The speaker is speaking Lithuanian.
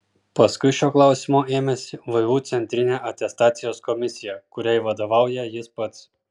paskui šio klausimo ėmėsi vu centrinė atestacijos komisija kuriai vadovauja jis pats